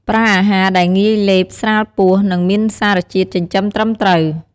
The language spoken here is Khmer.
ប្រើអាហារដែលងាយលេប ស្រាលពោះ និងមានសារជាតិចិញ្ចឹមត្រឹមត្រូវ។